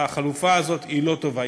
החלופה הזאת היא לא טובה,